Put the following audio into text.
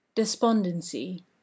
Despondency